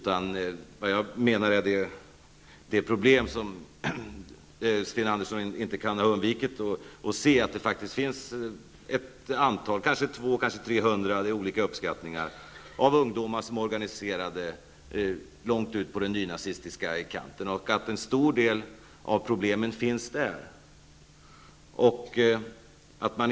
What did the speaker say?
Men Sten Andersson kan faktiskt inte ha undgått att se att det finns ett antal ungdomar -- 200 eller 300, enligt olika uppskattningar -- som tillhör organisationer långt ute på den nynazistiska kanten och att en stor del av problemet finns där.